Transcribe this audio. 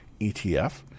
ETF